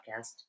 podcast